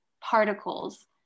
particles